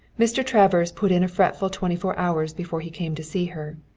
mr. travers put in a fretful twenty-four hours before he came to see her.